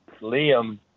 Liam